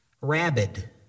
Rabid